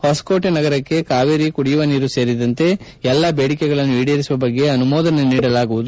ಹೊಸಕೋಟೆ ನಗರಕ್ಕೆ ಕಾವೇರಿ ಕುಡಿಯುವ ನೀರು ಸೇರಿದಂತೆ ಎಲ್ಲಾ ಬೇಡಿಕೆಗಳನ್ನು ಈಡೇರಿಸುವ ಬಗ್ಗೆ ಅನುಮೋದನೆ ನೀಡಲಾಗುವುದು